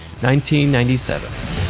1997